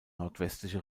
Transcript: nordwestliche